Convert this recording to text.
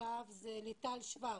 זה ליטל שוורץ.